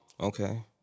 Okay